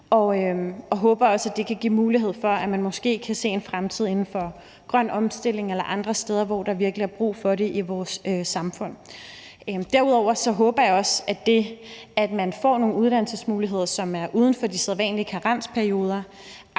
vi håber også, at det kan give mulighed for, at man måske kan se en fremtid inden for grøn omstilling eller andre steder, hvor der virkelig er brug for det i vores samfund. Derudover håber jeg også, at det, at man får nogle uddannelsesmuligheder, som er uden for de sædvanlige karensperioder,